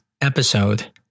episode